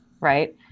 right